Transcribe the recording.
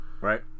right